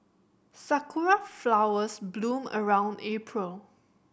sakura flowers bloom around April